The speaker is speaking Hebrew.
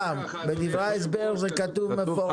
בדברי ההסבר זה כתוב מפורשות.